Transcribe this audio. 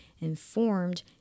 informed